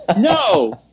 No